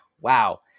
Wow